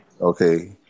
Okay